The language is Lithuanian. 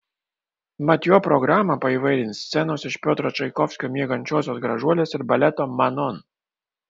mat jo programą paįvairins scenos iš piotro čaikovskio miegančiosios gražuolės ir baleto manon